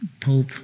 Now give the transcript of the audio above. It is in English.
Pope